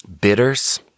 bitters